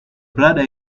bladder